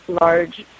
large